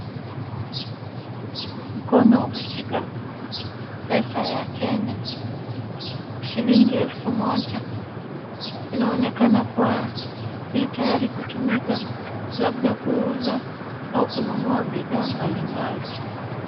Mkono umeshika pesa ya Kenya shilingi elfu moja, inaonekana kuwa itayari kutumika labda kuuza au kuna bidhaa mbalimbali.